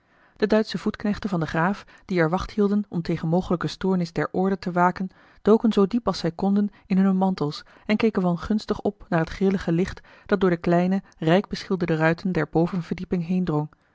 de duitsche voetknechten van den graaf die er wacht hielden om tegen mogelijke stoornis der orde te waken doken zoo diep als zij konden in hunne mantels en keken wangunstig op naar het grillige licht dat door de kleine rijk beschilderde ruiten der bovenverdieping